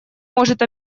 может